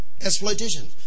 Exploitation